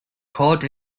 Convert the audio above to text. caught